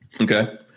Okay